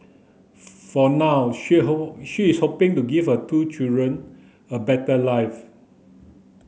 for now she she is hoping to give her two children a better life